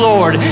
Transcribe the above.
Lord